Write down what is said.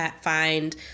find